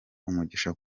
umugisha